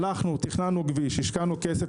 הלכנו, תכננו כביש, השקענו כסף.